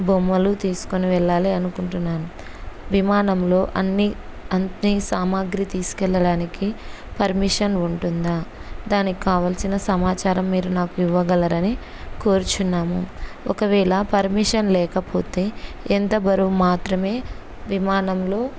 బొమ్మలు తీసుకొని వెళ్ళాలి అనుకుంటున్నాను విమానంలో అన్ని అన్ని సామాగ్రి తీసుకెళ్ళడానికి పర్మిషన్ ఉంటుందా దానికి కావాల్సిన సమాచారం మీరు నాకు ఇవ్వగలరని కోరుచున్నాము ఒకవేళ పర్మిషన్ లేకపోతే ఎంత బరువు మాత్రమే విమానంలో